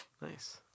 Nice